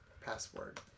password